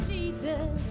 Jesus